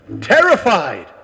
Terrified